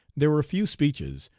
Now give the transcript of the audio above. there were few speeches,